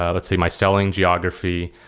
ah let's say, my selling geography.